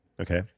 Okay